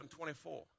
24